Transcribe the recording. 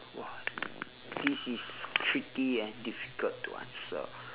!whoa! this is tricky and difficult to answer